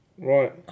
Right